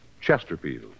Chesterfield